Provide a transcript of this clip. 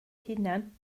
hunan